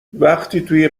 وقتی